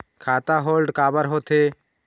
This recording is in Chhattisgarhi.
खाता होल्ड काबर होथे?